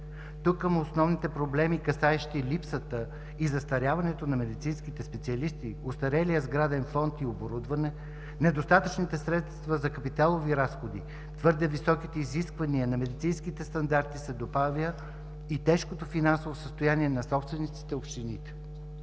Тук към основните проблеми, касаещи липсата и застаряването на медицинските специалисти, остарелия сграден фонд и оборудване, недостатъчните средства за капиталови разходи, твърде високите изисквания на медицинските стандарти, се добавя и тежкото финансово състояние на собствениците – общините.